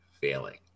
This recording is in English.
failing